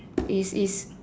is is